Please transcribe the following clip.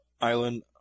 island